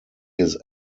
his